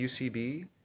UCB